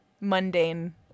mundane